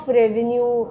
revenue